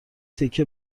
تکه